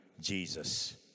Jesus